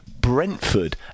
Brentford